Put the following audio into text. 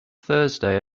thursday